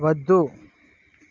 వద్దు